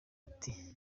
ati